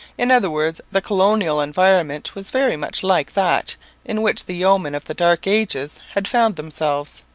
in other words, the colonial environment was very much like that in which the yeomen of the dark ages had found themselves.